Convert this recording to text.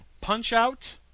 Punch-Out